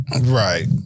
right